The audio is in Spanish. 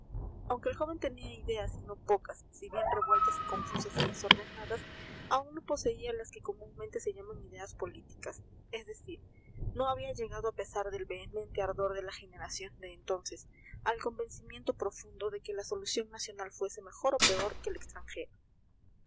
aunque el joven tenía ideas y no pocas si bien revueltas y confusas y desordenadas aún no poseía las que comúnmente se llaman ideas políticas es decir no había llegado a pesar del vehemente ardor de la generación de entonces al convencimiento profundo de que la solución nacional fuese mejor o peor que la extranjera